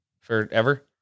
forever